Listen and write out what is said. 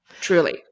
truly